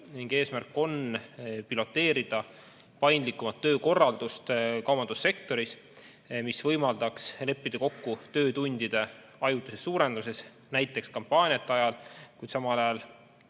Eesmärk on piloteerida paindlikumat töökorraldust kaubandussektoris, mis võimaldaks leppida kokku töötundide ajutises suurendamises näiteks kampaaniate ajal, kuid samal ajal